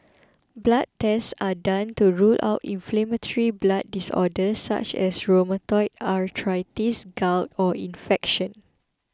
blood tests are done to rule out inflammatory blood disorders such as rheumatoid arthritis gout or infection